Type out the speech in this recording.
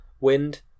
wind